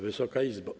Wysoka Izbo!